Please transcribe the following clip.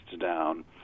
down